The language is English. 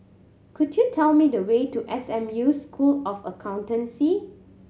could you tell me the way to S M U School of Accountancy